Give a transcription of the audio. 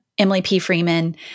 EmilyPfreeman